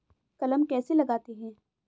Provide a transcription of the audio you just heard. कलम कैसे लगाते हैं?